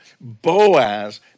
Boaz